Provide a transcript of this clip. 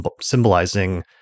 symbolizing